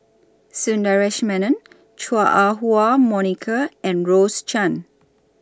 Sundaresh Menon Chua Ah Huwa Monica and Rose Chan